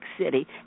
City